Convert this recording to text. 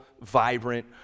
vibrant